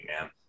man